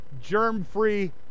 germ-free